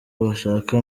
bashaka